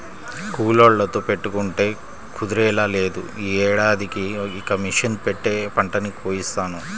కూలోళ్ళతో పెట్టుకుంటే కుదిరేలా లేదు, యీ ఏడాదికి ఇక మిషన్ పెట్టే పంటని కోయిత్తాను